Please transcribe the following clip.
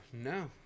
no